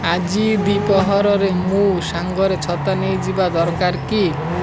ଆଜି ଦ୍ଵିପ୍ରହରରେ ମୁଁ ସାଙ୍ଗରେ ଛତା ନେଇଯିବା ଦରକାର କି